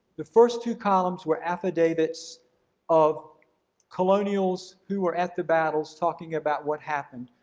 the first two columns were affidavits of colonials who were at the battles talking about what happened.